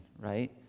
right